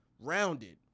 rounded